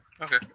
Okay